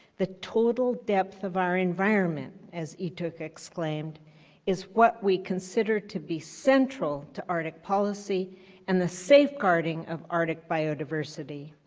the total depth of our environment as he explained is what we consider to be central to arctic policy and the safeguarding of arctic biodiversity.